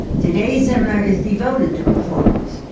today's seminar is devoted to performers,